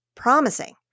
promising